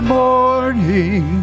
morning